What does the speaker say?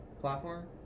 platform